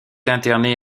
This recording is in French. interné